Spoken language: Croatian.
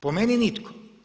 Po meni nitko.